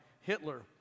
Hitler